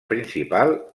principal